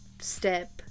step